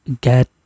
get